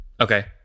Okay